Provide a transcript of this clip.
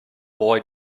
boy